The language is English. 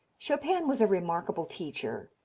chopin was a remarkable teacher.